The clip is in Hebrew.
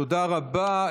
תודה רבה.